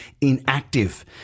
inactive